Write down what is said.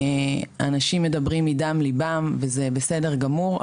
אנשים מדברים מדם ליבם וזה בסדר גמור.